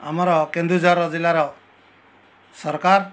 ଆମର କେନ୍ଦୁଝର ଜିଲ୍ଲାର ସରକାର